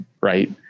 Right